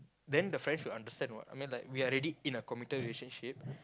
then the friend will understand what I mean we are already in a committed relationship